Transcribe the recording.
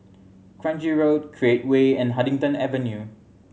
Kranji Road Create Way and Huddington Avenue